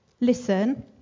listen